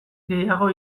gehiago